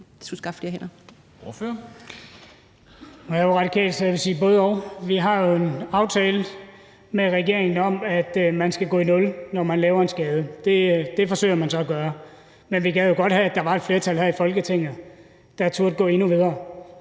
Vi har jo en aftale med regeringen om, at man skal gå i nul, når man laver en skade . Det forsøger man så at gøre. Men vi gad jo godt have, at der var et flertal her i Folketinget, der turde gå endnu videre.